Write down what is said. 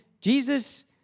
Jesus